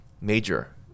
major